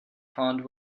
pond